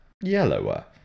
yellower